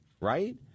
right